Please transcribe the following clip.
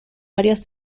varias